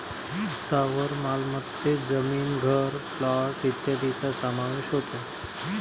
स्थावर मालमत्तेत जमीन, घर, प्लॉट इत्यादींचा समावेश होतो